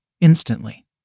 instantly